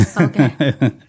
Okay